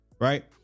right